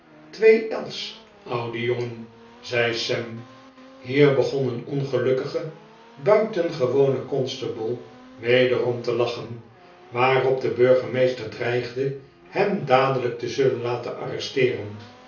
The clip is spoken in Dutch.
twee l'sj oude jongen zei sam hier begon een ongelukkige buitengewone constable wederom te lachen waarop de burgemeester dreigde hem dadelijk te zullen laten arresteeren